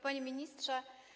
Panie Ministrze!